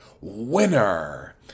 Winner